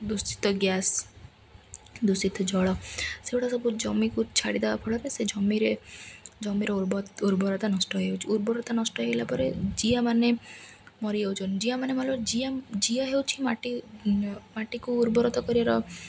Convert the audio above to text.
ଦୂଷିତ ଗ୍ୟାସ୍ ଦୂଷିତ ଜଳ ସେଗୁଡ଼ା ସବୁ ଜମିକୁ ଛାଡ଼ିଦେବା ଫଳରେ ସେ ଜମିରେ ଜମିର ଉର୍ବରତା ନଷ୍ଟ ହେଇଯାଉଛି ଉର୍ବରତା ନଷ୍ଟ ହେଇଗଲା ପରେ ଜିଆମାନେ ମରିଯାଉଚନ୍ ଜିଆମାନେ ଜିଆ ହେଉଛି ମାଟି ମାଟିକୁ ଉର୍ବରତା କରିବାର